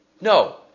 No